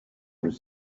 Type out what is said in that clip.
was